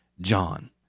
John